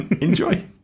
enjoy